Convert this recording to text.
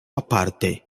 aparte